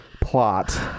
plot